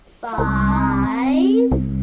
five